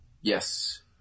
Yes